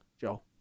Joe